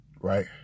right